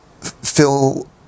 feel